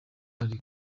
indwara